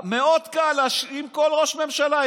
מאוד קל להאשים כל ראש ממשלה.